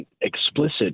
explicit